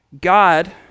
God